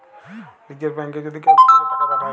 লীযের ব্যাংকে যদি কেউ লিজেঁকে টাকা পাঠায়